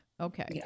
Okay